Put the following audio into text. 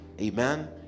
Amen